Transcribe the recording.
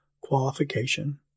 qualification